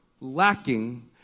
lacking